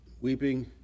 Weeping